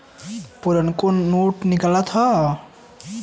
पुरनको नोट निकालत हौ